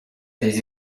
des